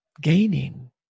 gaining